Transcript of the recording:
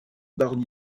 baronnie